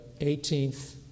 18th